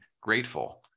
grateful